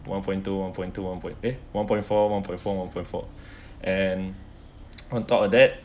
one point two one point two one point two one point eh one point four one point four one point four and on top of that